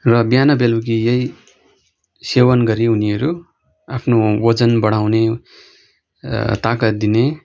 र बिहान बेलुकी यही सेवन गरी उनीहरू आफ्नो ओजन बढाउने ताकत दिने